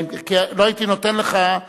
לא הייתי נותן לך,